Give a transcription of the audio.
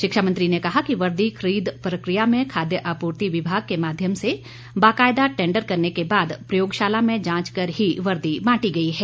शिक्षामंत्री ने कहा कि वर्दी खरीद प्रक्रिया में खाद्य आपूर्ति विभाग के माध्यम से बाकायदा टेंडर करने के बाद प्रयोगशाला में जांच कर ही वर्दी बांटी गई हैं